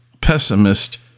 pessimist